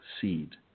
seed